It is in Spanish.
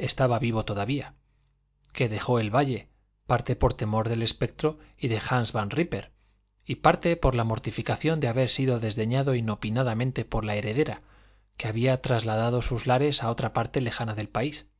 estaba vivo todavía que dejó el valle parte por temor del espectro y de hans van rípper y parte por la mortificación de haber sido desdeñado inopinadamente por la heredera que había transladado sus lares a otra parte lejana del país